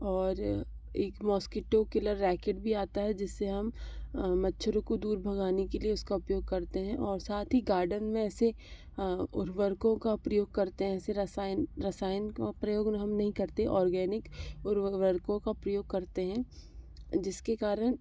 और एक mosquito killer racket भी आता है जिससे हम मच्छरों को दूर भगाने के लिए उसका उपयोग करते हैं और साथ ही गार्डेन में ऐसे उर्वरकों का प्रयोग करते हैं ऐसे रसायन रसायन का प्रयोग हम नही करते ऑर्गेनिक उर्वरकों का प्रयोग करते हैं जिसके कारण